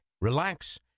relax